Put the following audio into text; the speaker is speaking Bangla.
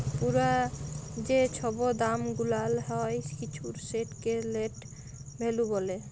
পুরা যে ছব দাম গুলাল হ্যয় কিছুর সেটকে লেট ভ্যালু ব্যলে